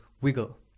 wiggle